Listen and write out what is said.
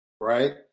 right